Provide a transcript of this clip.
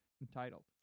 entitled